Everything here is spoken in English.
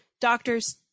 doctors